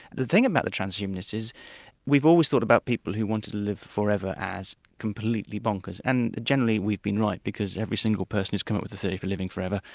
the thing about the transhumanists is we've always thought about people who wanted to live forever as completely bonkers, and generally we've been right because every single person who's come up with a theory for living forever,